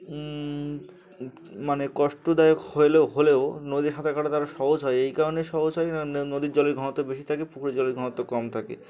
মানে কষ্টদায়ক হলেও হলেও নদী সাঁতার কাটাতে আরও সহজ হয় এই কারণেই সহজ হয় নদীর জলের ঘণা ত বেশি থাকে পুকুরের জলের ঘনত্ব কম থাকে